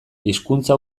hizkuntza